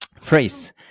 phrase